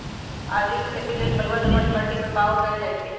आदीके खेती लेल बलूआ दोमट माटी में बाओ कएल जाइत हई